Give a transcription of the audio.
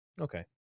Okay